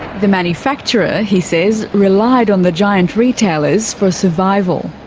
the manufacturer, he says, relied on the giant retailers for survival.